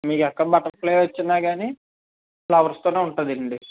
మీకెక్కడ butterfly వచ్చినా కానీ ఫ్లవర్స్తోనే ఉంటాదండి